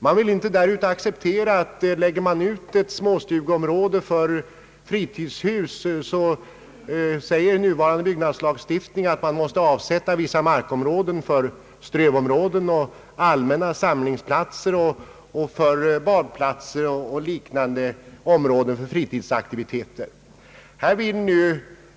Man vill där ute inte acceptera att om det ordnas ett små stugeområde med fritidshus, måste man enligt nuvarande byggnadslagstiftning också avsätta viss mark för strövområden, allmänna samlingsplatser, badplatser och liknande områden för fritidsaktiviteter.